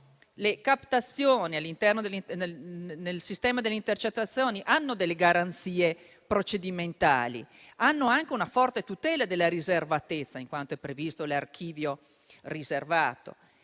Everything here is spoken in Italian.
le captazioni nel sistema delle intercettazioni hanno delle garanzie procedimentali e presentano anche una forte tutela della riservatezza, in quanto è previsto l'archivio riservato,